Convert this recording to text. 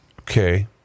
Okay